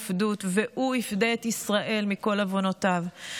פדוּת: והוא יפדה את ישראל מכל עֲו‍ֹנֹתָיו".